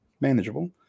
manageable